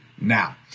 now